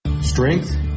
Strength